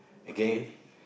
okay